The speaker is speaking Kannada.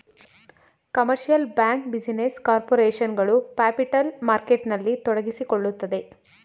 ಕಮರ್ಷಿಯಲ್ ಬ್ಯಾಂಕ್, ಬಿಸಿನೆಸ್ ಕಾರ್ಪೊರೇಷನ್ ಗಳು ಪ್ಯಾಪಿಟಲ್ ಮಾರ್ಕೆಟ್ನಲ್ಲಿ ತೊಡಗಿಸಿಕೊಳ್ಳುತ್ತದೆ